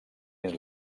dins